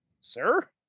Sir